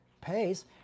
pays